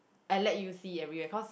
and let you see everywhere cause